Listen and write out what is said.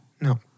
No